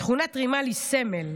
שכונת רימאל היא סמל.